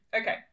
okay